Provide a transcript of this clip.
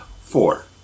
four